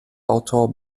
autor